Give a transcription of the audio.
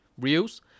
reels